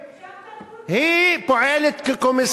אפשר תרבות, זה בסדר.